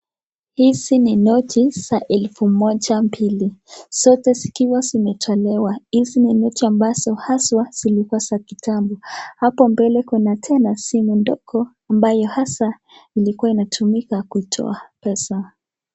Hizi ni noti za elfu Moja mbili. Zote zikiwa zimetolewa. Hizi ni noti ambazo haswa zilikuwa za kitambo. Hapo mbele kuna tena simu ndogo ambayo hasa ilikuwa inatumika kutoa pesa.